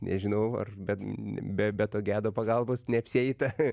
nežinau ar be be be to gedo pagalbos neapsieita